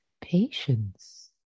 patience